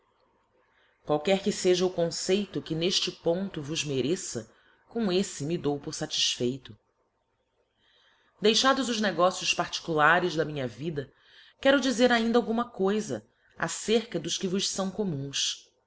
qualquer que feja o conceito que n'efte iito vos mereça com efle me dou por fatiffeito ieixados os negocies particulares da minha vida quero cr ainda alguma coifa acerca dos que vos fão com'hs